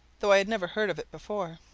though i had never heard of it before.